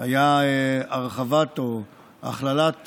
הרחבה או הכללת